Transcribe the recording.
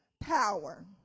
power